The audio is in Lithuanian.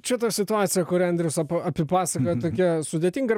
čia ta situacija kurią andrius abu apipasakojo tokia sudėtinga